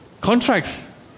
Contracts